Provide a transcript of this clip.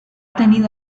tenido